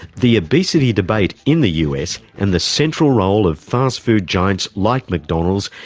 the obesity debate in the us, and the central role of fast food giants like mcdonald's,